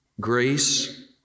grace